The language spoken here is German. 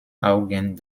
augen